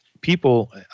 people